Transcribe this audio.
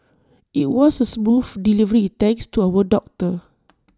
IT was A smooth delivery thanks to our doctor